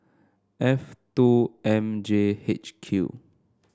F two M J H Q